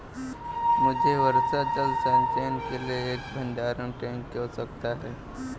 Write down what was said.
मुझे वर्षा जल संचयन के लिए एक भंडारण टैंक की आवश्यकता है